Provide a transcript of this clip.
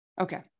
Okay